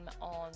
on